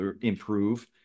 improve